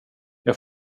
jag